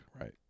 right